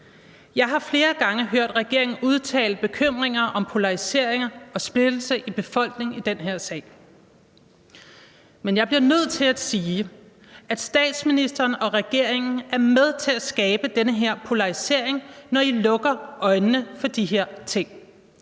Jeg har flere gange hørt regeringen give udtryk for bekymringer om polarisering og splittelse i befolkningen i den her sag. Men jeg bliver nødt til at sige, at statsministeren og regeringen er med til at skabe den her polarisering, når I lukker øjnene for de her ting,